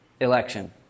election